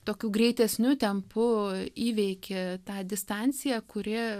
tokiu greitesniu tempu įveiki tą distanciją kuri